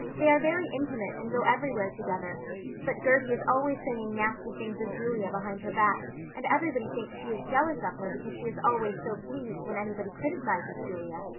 they are very intimate and go everywhere together but gertie is always saying nasty things of julia behind her back and everybody thinks she is jealous of her because she is always so pleased when anybody criticizes julia.